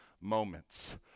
moments